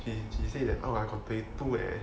he he said that orh I got thirty two leh